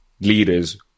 leaders